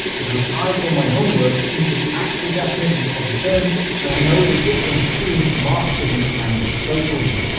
because i've done my homework into the actual definitions of the terms, and i know the difference between marxism and socialism.